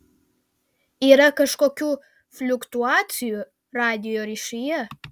yra kažkokių fliuktuacijų radijo ryšyje